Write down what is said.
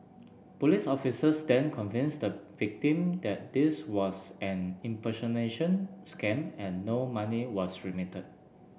police officers then convinced the victim that this was an impersonation scam and no money was remitted